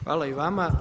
Hvala i vama.